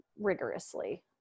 rigorously